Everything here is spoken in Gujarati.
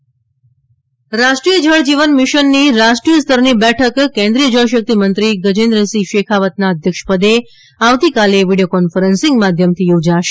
જળજીવન મીશન રાષ્ટ્રીય જળજીવન મિશનની રાષ્ટ્રીય સ્તરની બેઠક કેન્દ્રીય જળશક્તિ મંત્રી ગજેન્દ્રસિંહ શેખાવતના અધ્યક્ષપદે આવતીકાલે વીડિયો કોન્ફરન્સિંગ માધ્યમથી યોજાશે